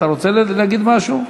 אתה רוצה להגיד משהו?